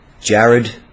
Jared